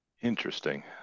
Interesting